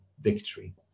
victory